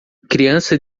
criança